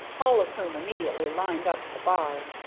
all of whom immediately lined up at the bar.